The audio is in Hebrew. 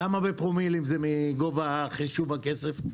כמה זה בפרומילים מגובה חישוב הכסף?